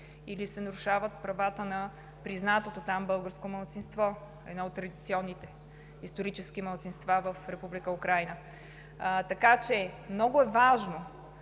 или се нарушават правата на признатото там българско малцинство – едно от традиционните исторически малцинства в Република Украйна. Много е важно,